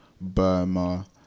Burma